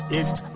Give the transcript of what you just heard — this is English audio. East